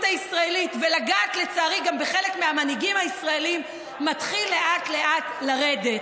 הישראלית ולגעת לצערי גם בחלק מהמנהיגים הישראלים מתחיל לאט-לאט לרדת.